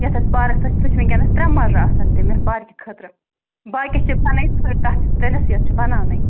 یۄس اَسہِ پارَک چھےٚ سُہ چھِ وٕنۍکٮ۪نَس ترٛےٚ مَرلہٕ آسان تِم یُس پارکہِ خٲطرٕ باقیَس چھِ بَنٲوِتھ تَتھ چھِ کٔرِتھ یَتھ چھِ بناونَے